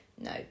no